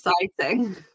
exciting